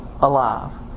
alive